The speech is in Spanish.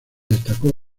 destacó